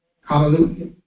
Hallelujah